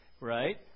right